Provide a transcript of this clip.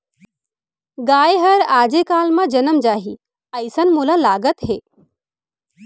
गाय हर आजे काल म जनम जाही, अइसन मोला लागत हे